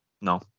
no